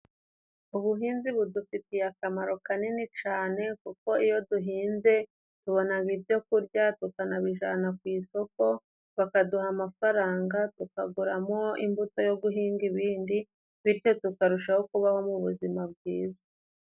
Ubuhinzi budufitiye akamaro kanini cane, kuko iyo duhinze tubonaga ibyokurya, tukanabijana ku isoko, bakaduha amafaranga tukaguramo imbuto yo guhinga ibindi, bityo tukarushaho kubaho mu buzima bwiza.